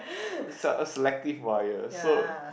se~ selective wire so